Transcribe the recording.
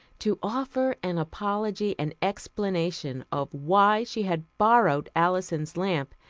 to offer an apology and explanation of why she had borrowed alison's lamp,